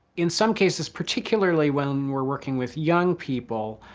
in some cases, particularly when we're working with young people,